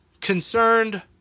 concerned